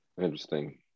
Interesting